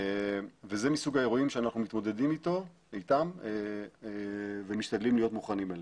זה מסוג האירועים שאנחנו מתמודדים איתם ומשתדלים להיות מוכנים אליהם.